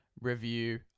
review